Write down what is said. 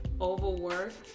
Overworked